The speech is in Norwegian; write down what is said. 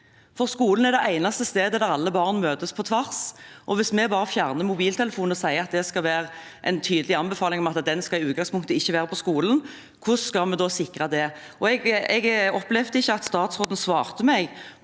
Skolen er det eneste stedet der alle barn møtes på tvers. Hvis vi bare fjerner mobiltelefonene og gir en tydelig anbefaling om at den i utgangspunktet ikke skal være på skolen, hvordan skal vi da sikre det? Jeg opplevde ikke at statsråden svarte meg